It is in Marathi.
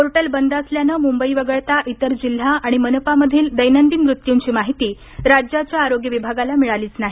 पोर्टल बंद असल्यानं मुंबई वगळता इतर जिल्हा आणि मनपामधील दैनंदिन मृत्यूंची माहिती राज्याच्या आरोग्य विभागाला मिळालीच नाही